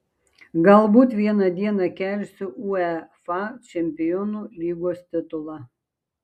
galbūt vieną dieną kelsiu uefa čempionių lygos titulą